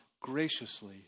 Graciously